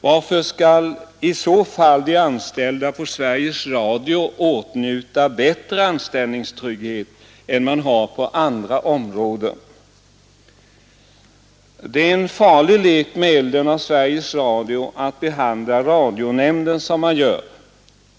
Varför skall i så fall de anställda på Sveriges Radio åtnjuta bättre anställningstrygghet än man har på andra områden? Det är en farlig lek med elden i Sveriges Radio att behandla radionämnden som man gör.